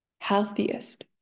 healthiest